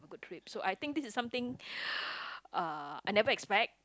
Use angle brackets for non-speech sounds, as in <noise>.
good trip so I think this is something <breath> uh I never expect